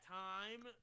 time